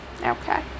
Okay